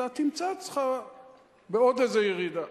אתה תמצא את עצמך בעוד איזה ירידה.